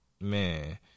Man